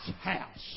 house